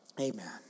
Amen